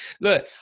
Look